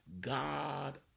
God